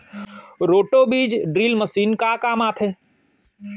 Roto बीज drill machine का काम आथे?